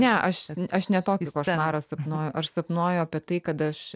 ne aš ne tokį košmarą sapnuoju aš sapnuoju apie tai kad aš